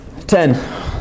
Ten